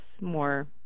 more